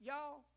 Y'all